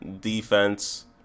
defense